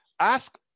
Ask